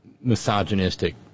misogynistic